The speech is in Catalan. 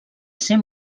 ser